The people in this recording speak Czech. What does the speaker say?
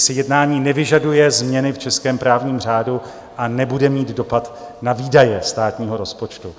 Její sjednání nevyžaduje změny v českém právním řádu a nebude mít dopad na výdaje státního rozpočtu.